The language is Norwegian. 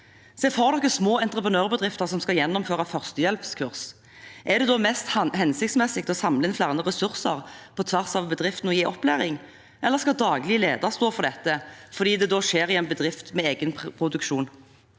Se for dere små entreprenørbedrifter som skal gjennomføre førstehjelpskurs. Er det da mest hensiktsmessig å samle flere ressurser på tvers av bedriftene og gi opplæring, eller skal daglig leder stå for dette, fordi det da skjer i en bedrift med egenproduksjon?